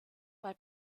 bei